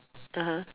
(uh huh)